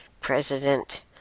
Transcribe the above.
President